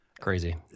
Crazy